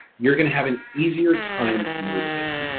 you're gonna have an easier time motivating.